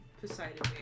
Poseidon